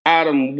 Adam